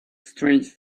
strange